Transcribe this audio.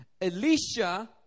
Elisha